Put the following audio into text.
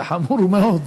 זה חמור מאוד.